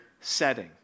setting